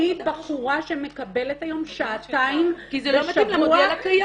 היא בחורה שמקבלת היום שעתיים בשבוע